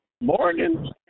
morning